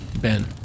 Ben